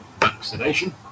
vaccination